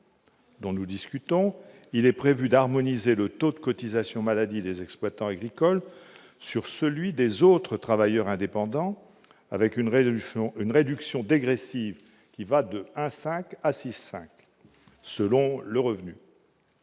dont nous discutons, il est prévu d'harmoniser le taux de cotisation maladie des exploitants agricoles avec celui des autres travailleurs indépendants, avec une réduction dégressive allant de 1,5 % à 6,5 %, selon le revenu.